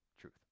truth